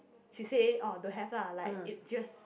she say oh don't have lah like is just